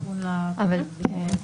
אפשר?